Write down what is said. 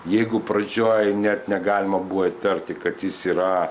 jeigu pradžioj net negalima buvo įtarti kad jis yra